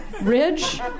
ridge